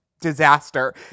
disaster